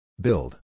Build